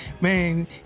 Man